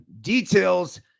details